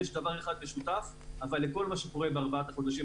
יש דבר אחד משותף אבל לכל מה שקורה בארבעת החודשים